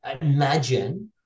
imagine